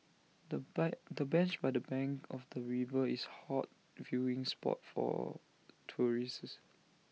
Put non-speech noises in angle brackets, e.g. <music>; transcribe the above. the <unintelligible> the bench by the bank of the river is hot viewing spot for tourists